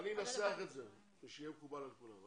אני אנסח את זה, שיהיה מקובל על כולם.